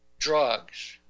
drugs